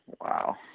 Wow